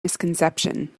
misconception